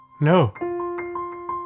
No